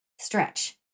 stretch